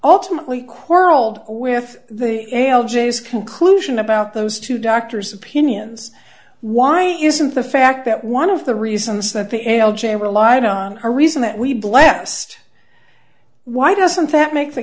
ultimately quarreled with the ale jay's conclusion about those two doctors opinions why isn't the fact that one of the reasons that the a l j relied on a reason that we blessed why doesn't that make the